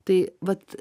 tai vat